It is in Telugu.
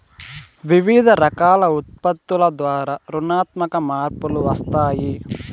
వివిధ రకాల ఉత్పత్తుల ద్వారా గుణాత్మక మార్పులు వస్తాయి